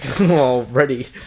Already